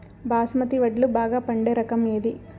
బాస్మతి వడ్లు బాగా పండే రకం ఏది